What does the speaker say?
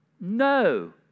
No